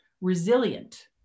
resilient